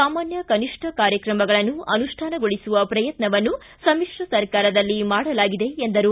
ಸಾಮಾನ್ಯ ಕನಿಷ್ಠ ಕಾರ್ಯಕ್ರಮಗಳನ್ನು ಅನುಷ್ಠಾನಗೊಳಿಸುವ ಪ್ರಯತ್ನವನ್ನು ಸಮಿತ್ರ ಸರ್ಕಾರದಲ್ಲಿ ಮಾಡಲಾಗಿದೆ ಎಂದರು